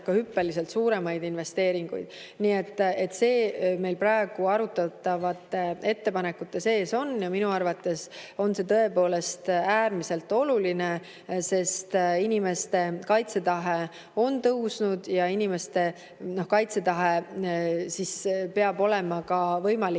ka hüppeliselt suuremaid investeeringuid. Nii et see meil praegu arutatavate ettepanekute seas on. Minu arvates on see tõepoolest äärmiselt oluline, sest inimeste kaitsetahe on tõusnud ja inimeste kaitsetahet peab olema ka võimalik